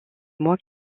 mois